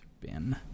Bin